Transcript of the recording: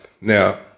Now